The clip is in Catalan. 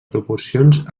proporcions